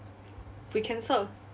we cancel